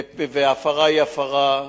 והפרה היא הפרה,